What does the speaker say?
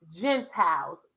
Gentiles